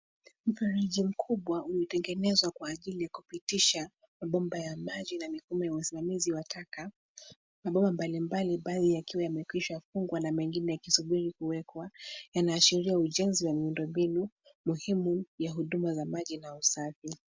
Mfereji mkubwa umetengenezwa kwa ajili ya kupitisha mabomba ya maji na mifumo ya usimamizi wa taka Mabomba mbalimbali baadhi yakiwa yamekwisha fungwa na mengine yakisubiri kuwekwa yanaashiria ujenzi wa miundombinu muhimu ya huduma za maji na usafi.